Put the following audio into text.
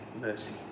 mercy